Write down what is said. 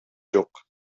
жок